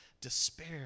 despair